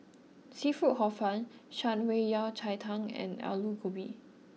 Seafood Hor Fun Shan Rui Yao Cai Tang and Aloo Gobi